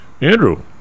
Andrew